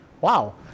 wow